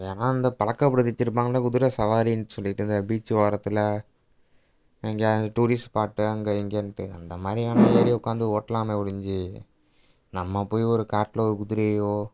வேணால் அந்த பழக்கப்படுத்தி வெச்சுருப்பாங்கள்ல குதிரை சவாரின்னு சொல்லிட்டு இந்த பீச்சு ஓரத்தில் எங்கேயாது டூரிஸ்ட் பார்ட்டு அங்கே இங்கேன்ட்டு அந்த மாதிரி வேணால் ஏறி உக்காந்து ஓட்டலாமே ஒழிஞ்சி நம்ம போய் ஒரு காட்டில் ஒரு குதிரையையோ